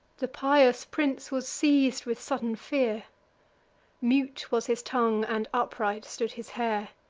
the pious prince was seiz'd with sudden fear mute was his tongue, and upright stood his hair.